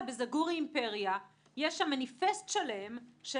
בזגורי אימפריה יש שם מניפסט שלם על